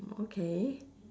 okay